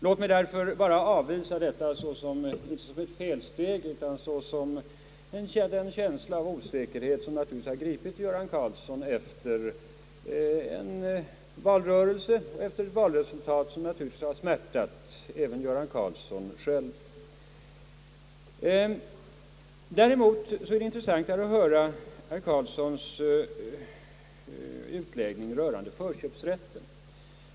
Låt mig därför bara avvisa detta inte såsom ett felsteg, utan såsom tecken på den känsla av osäkerhet som naturligtvis har gripit herr Göran Karlsson efter en vaiförlust som givetvis smärtat honom. Däremot är det intressantare att höra herr Karlssons utläggning rörande förköpsrätten.